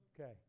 Okay